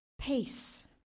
Peace